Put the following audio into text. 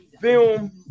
film